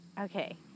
Okay